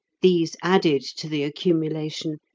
these added to the accumulation,